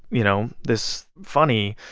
you know, this funny,